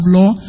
law